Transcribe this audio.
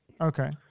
Okay